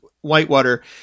Whitewater